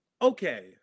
Okay